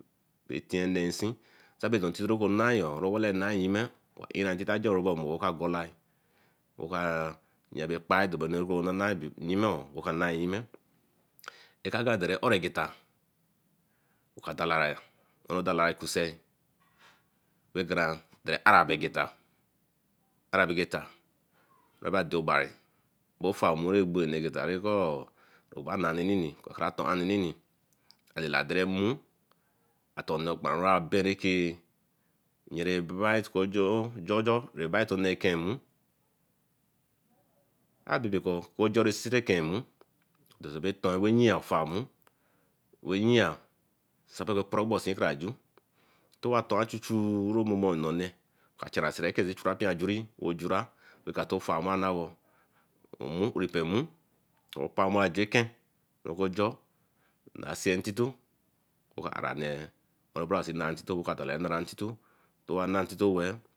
Beh tien ne inseen kabeno intito bay nah yo robolo nah yime oka ein intite oma golae oka jah bo kpee anu ra nare yime eka naim yime. Ekabo oregeta oka dalarey oun odalarey kusen bey cara ara bey geta oba dobari befa omo regbe nee geta ekoo oba na nini ah toaninini lade remu aladeremu aten okparanmu wa bearin ke jojo eken nmu abebekor equa serieken nmu ton rayeen ofar nmu wey yea setosoporugbosin era ju towa towa achuchue romomo oka chara seenyeke ka pee mpee ajuri wojurah okaturofar nmu repunfe nmu opa wen gienke okojor aseen intito okaranee oun resee nah intito oka nara nee intito, to wa na intito weh